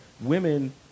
women